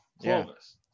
Clovis